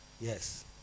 Yes